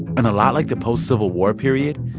and a lot like the post-civil war period,